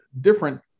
different